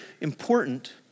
important